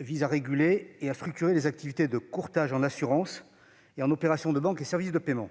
vise à réguler et à structurer les activités de courtage en assurances et en opérations de banque et services de paiement.